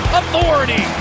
authority